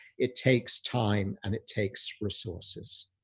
it takes time and it takes resources.